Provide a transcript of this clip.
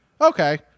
Okay